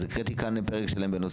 אנחנו מתעסקים בעניין הפרופסיונלי,